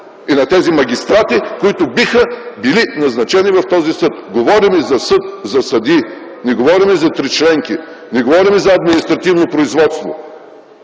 и на тези магистрати, които биха били назначени в този съд. Говорим за съд, за съдии, не говорим за тричленки. Не говорим за административно производство,